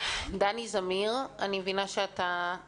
דני זמיר, אני מבינה שאתה גם